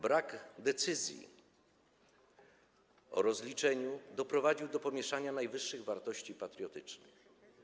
Brak decyzji o rozliczeniu doprowadził do pomieszania najwyższych wartości patriotycznych.